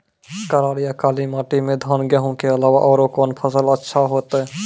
करार या काली माटी म धान, गेहूँ के अलावा औरो कोन फसल अचछा होतै?